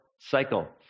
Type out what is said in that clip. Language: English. cycle